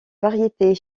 variétés